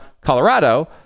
colorado